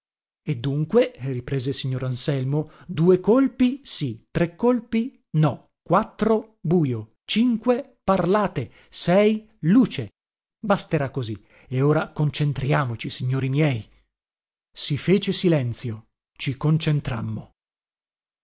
e dunque riprese il signor anselmo due colpi sì tre colpi no quattro bujo cinque parlate sei luce basterà così e ora concentriamoci signori miei si fece silenzio ci concentrammo